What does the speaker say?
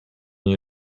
nie